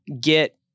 get